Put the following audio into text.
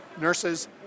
nurses